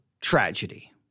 tragedy